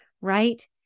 right